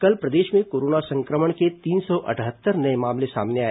कल प्रदेश में कोरोना संक्रमण के तीन सौ अटहत्तर नये मामले सामने आए